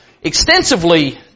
extensively